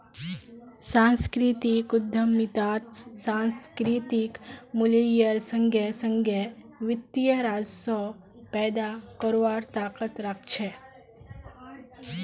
सांस्कृतिक उद्यमितात सांस्कृतिक मूल्येर संगे संगे वित्तीय राजस्व पैदा करवार ताकत रख छे